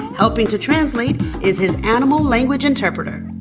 helping to translate is his animal language interpreter